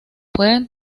pueden